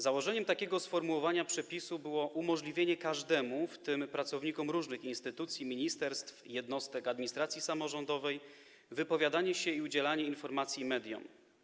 Założeniem takiego sformułowania przepisu było umożliwienie każdemu, w tym pracownikom różnych instytucji, ministerstw, jednostek administracji samorządowej, wypowiadanie się i udzielanie informacji mediom.